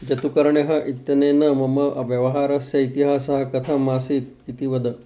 जतुकर्ण्यः इत्यनेन मम व्यवहारस्य इतिहासः कथम् आसीत् इति वद